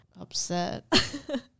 upset